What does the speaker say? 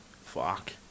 fuck